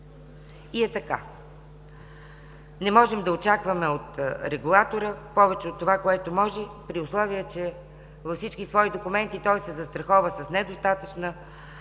И е така. Не можем да очакваме от регулатора повече от това, което може, при условие че във всички свои документи той се застрахова с недостатъчна законова